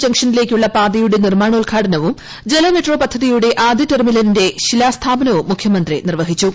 ജംഗ്ഷനിലേക്കുള്ള പാതയുടെ നിർമ്മാണോദ്ഘാടനവും ജലമെട്രോ പദ്ധതിയുടെ ആദ്യ ടെർമിനലിന്റെ ശിലാസ്ഥാപനവും മുഖ്യമന്ത്രി നിർവ്വഹിച്ചു